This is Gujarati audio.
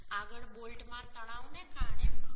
આગળ બોલ્ટમાં તણાવને કારણે ભંગાણ છે